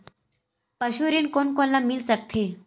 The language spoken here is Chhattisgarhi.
पशु ऋण कोन कोन ल मिल सकथे?